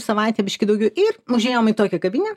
savaitę biškį daugiau ir užėjom į tokią kavinę